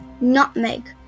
nutmeg